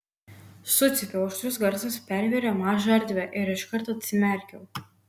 sucypiau aštrus garsas pervėrė mažą erdvę ir iškart atsimerkiau